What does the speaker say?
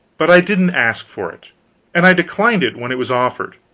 but i didn't ask for it and i declined it when it was offered.